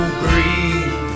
green